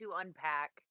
unpack